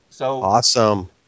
Awesome